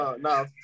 No